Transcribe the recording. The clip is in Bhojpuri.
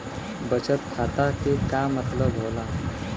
बचत खाता के का मतलब होला?